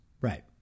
Right